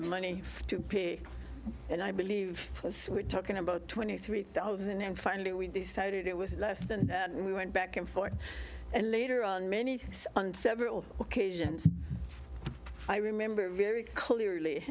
the money to pay and i believe we're talking about twenty three thousand and finally we decided it was less than that and we went back and forth and later on many things on several occasions i remember very clearly